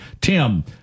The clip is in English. Tim